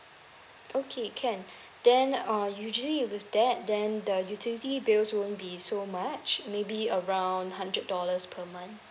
okay can then uh usually with that then the utility bills won't be so much maybe around hundred dollars per month